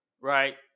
right